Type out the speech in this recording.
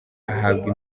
ahabwa